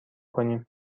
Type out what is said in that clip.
کنیم